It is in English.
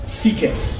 seekers